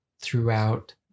throughout